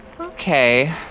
Okay